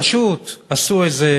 פשוט עשו איזה